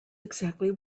exactly